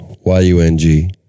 Y-U-N-G